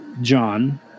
John